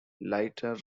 lighter